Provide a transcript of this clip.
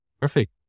Perfect